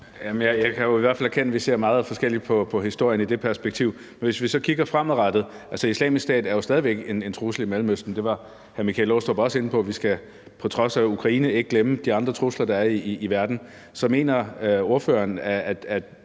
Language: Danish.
Jeg kan i hvert fald vedkende mig, at vi ser meget forskelligt på historien og det perspektiv. Hvis vi så kigger fremad, er Islamisk Stat stadig væk en trussel i Mellemøsten – det var hr. Michael Aastrup Jensen også inde på – for vi skal på trods af Ukraine ikke glemme de andre trusler, der er i verden. Så mener ordføreren, at